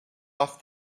off